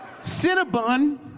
Cinnabon